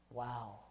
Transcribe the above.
wow